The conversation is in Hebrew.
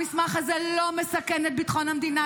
המסמך הזה לא מסכן את ביטחון המדינה,